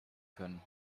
können